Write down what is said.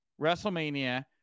WrestleMania